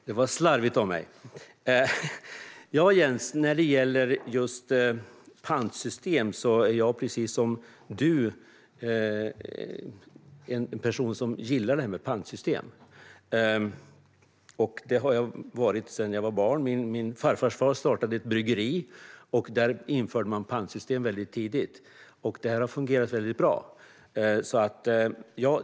Fru talman! Ja, Jens, jag är precis som du en person som gillar detta med pantsystem. Det har jag gjort sedan jag var barn. Min farfarsfar startade ett bryggeri. Där införde man pantsystem väldigt tidigt, och det har fungerat väldigt bra.